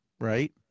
Right